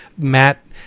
matt